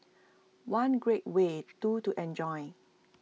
one great way two to enjoy